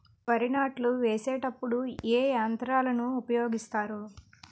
వరి నాట్లు వేసేటప్పుడు ఏ యంత్రాలను ఉపయోగిస్తారు?